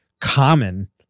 common